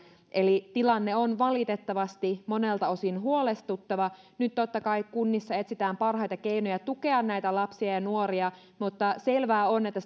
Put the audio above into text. eli tilanne on valitettavasti monelta osin huolestuttava nyt totta kai kunnissa etsitään parhaita keinoja tukea näitä lapsia ja ja nuoria mutta selvää on että